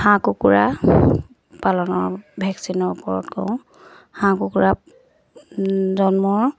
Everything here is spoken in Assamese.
হাঁহ কুকুৰা পালনৰ ভেকচিনৰ ওপৰত কওঁ হাঁহ কুকুৰা জন্মৰ